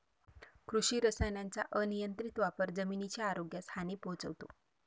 कृषी रसायनांचा अनियंत्रित वापर जमिनीच्या आरोग्यास हानी पोहोचवतो